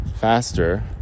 faster